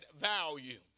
value